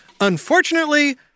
Unfortunately